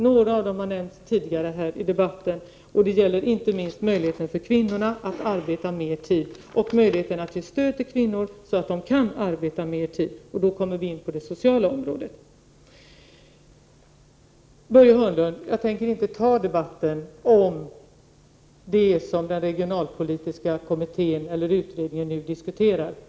Några av dem har nämnts tidigare här i debatten. Det gäller inte minst möjligheterna för kvinnorna att arbeta mer tid, och möjligheterna till stöd åt kvinnor så att de kan arbeta mer tid. Därvidlag kommer vi in på det sociala området. Börje Hörnlund! Jag tänker inte ta en debatt om vad den regionalpolitiska utredningen nu diskuterar.